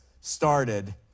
started